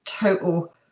total